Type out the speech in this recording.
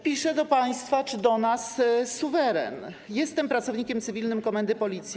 Pisze do państwa czy do nas suweren: Jestem pracownikiem cywilnym komendy Policji.